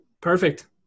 Perfect